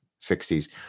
60s